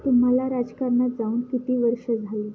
तुम्हाला राजकारणात जाऊन किती वर्ष झाली